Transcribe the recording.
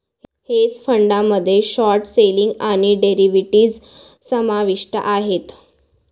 hedge फंडामध्ये short selling आणि derivatives समाविष्ट आहेत